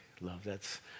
love—that's